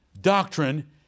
doctrine